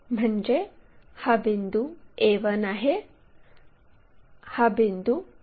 म्हणजे हा बिंदू a1 आहे हा बिंदू b1 आहे